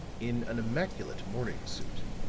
in an immaculate morning suit,